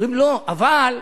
אומרים: לא, אבל,